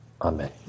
Amen